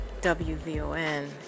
WVON